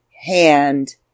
hand